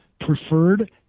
preferred